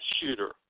shooter